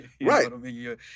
Right